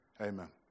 Amen